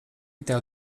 tev